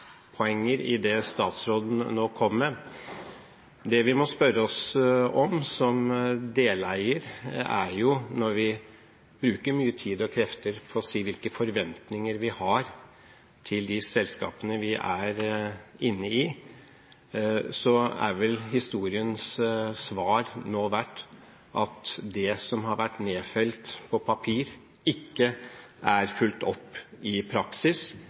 vi må spørre oss om som deleier, er jo, når vi bruker mye tid og krefter på å si hvilke forventninger vi har til de selskapene vi er inne i, er om historiens svar nå har vært at det som har vært nedfelt på papir, ikke er fulgt opp i praksis,